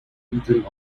beaten